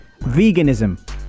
Veganism